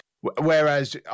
Whereas